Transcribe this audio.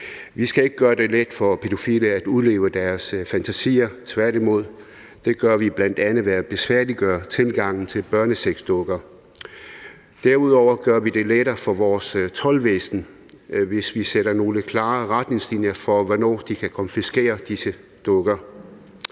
Vi skal ikke gøre det let for pædofile at udleve deres fantasier, tværtimod. Det gør vi bl.a. ved at besværliggøre tilgangen til børnesexdukker. Derudover gør vi det lettere for vores toldvæsen, hvis vi sætter nogle klare retningslinjer for, hvornår de kan konfiskere disse dukker.